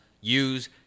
use